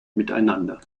miteinander